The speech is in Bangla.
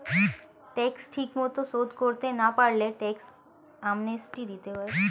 ট্যাক্স ঠিকমতো শোধ করতে না পারলে ট্যাক্স অ্যামনেস্টি দিতে হয়